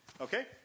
Okay